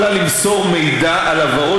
אבל המשטרה לא יכולה למסור מידע על עברו